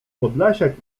podlasiak